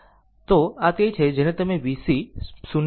તો આ તે છે જેને તમે vc 0 કહોછો